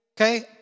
Okay